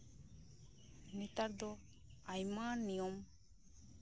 ᱱᱮᱛᱟᱨ ᱫᱚ ᱟᱭᱢᱟ ᱱᱤᱭᱚᱢ